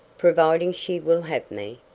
providing she will have me?